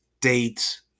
dates